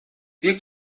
wir